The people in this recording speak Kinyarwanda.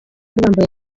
bambaye